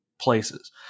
places